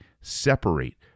Separate